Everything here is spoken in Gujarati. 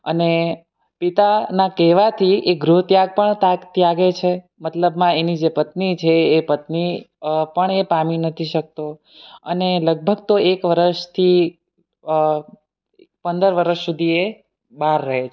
અને પિતાના કહેવાથી એ ગૃહત્યાગ પણ તા ત્યાગે છે મતલબમાં એની જે પત્ની છે એ પત્ની પણ એ પામી નથી શકતો અને લગભગ તો એક વરસથી પંદર વરસ સુધી એ બહાર રહે છે